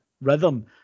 Rhythm